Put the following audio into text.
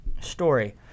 story